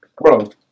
Bro